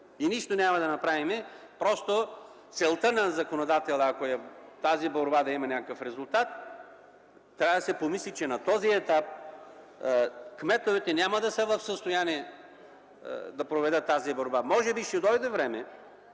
И нищо няма да направим. Просто, ако целта на законодателя е тази борба да има някакъв резултат, трябва да се помисли, че на този етап кметовете няма да са в състояние да проведат тази борба. Може би ще дойде време,